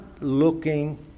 looking